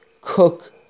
cook